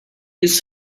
use